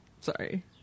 Sorry